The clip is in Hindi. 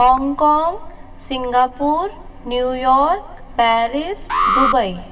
Hong Kong Singapore New York Paris Dubai